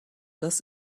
das